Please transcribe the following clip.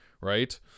right